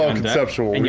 ah conceptual. and